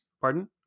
Pardon